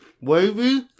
Wavy